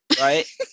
right